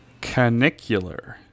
Canicular